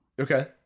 Okay